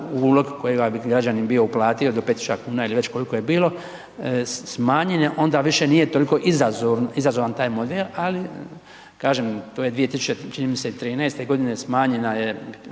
ulog koji je građanin bio uplatio do 5000 kuna ili već koliko je bilo smanjen je onda više nije toliko izazovni taj model, ali, kažem to je 2013. g. čini mi se smanjena je